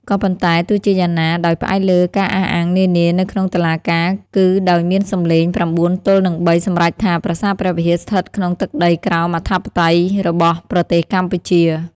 ក៏ប៉ុន្តែទោះជាយ៉ាងណា ដោយផ្អែកលើការអះអាងនានា នៅក្នុងតុលាការគឺដោយមានសំឡេង៩ទល់នឹង៣សម្រេចថា ប្រាសាទព្រះវិហារស្ថិតក្នុងទឹកដីក្រោមអធិបតេយ្យរបស់ប្រទេសកម្ពុជា។